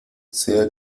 sea